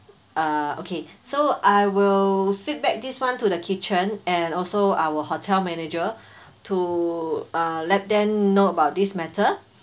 uh okay so I will feedback this [one] to the kitchen and also our hotel manager to uh let them know about this matter